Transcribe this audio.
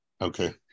Okay